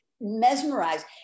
mesmerized